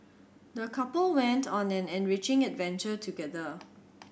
the couple went on an enriching adventure together